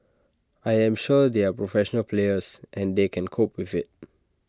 I am sure they are professional players and they can cope with IT